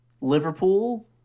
Liverpool